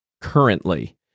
currently